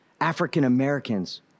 African-Americans